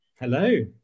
Hello